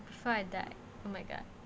before I die oh my god